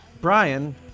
Brian